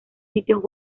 sitios